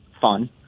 fun